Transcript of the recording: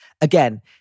Again